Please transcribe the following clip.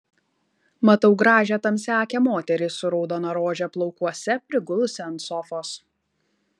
matau gražią tamsiaakę moterį su raudona rože plaukuose prigulusią ant sofos